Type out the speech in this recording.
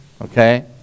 okay